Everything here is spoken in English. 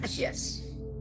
Yes